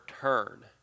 turn